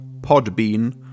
Podbean